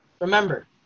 remember